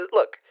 look